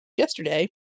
yesterday